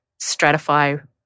stratify